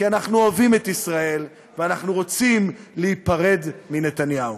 כי אנחנו אוהבים את ישראל ואנחנו רוצים להיפרד מנתניהו.